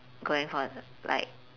going for like